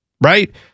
Right